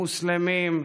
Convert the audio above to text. מוסלמים,